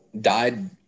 died